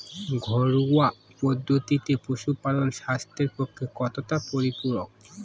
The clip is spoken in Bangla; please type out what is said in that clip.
ঘরোয়া পদ্ধতিতে পশুপালন স্বাস্থ্যের পক্ষে কতটা পরিপূরক?